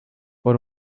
por